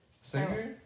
Singer